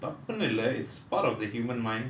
தப்புன்னு இல்ல:thappunu illa it's part of the human mind